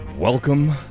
Welcome